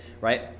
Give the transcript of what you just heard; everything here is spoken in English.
right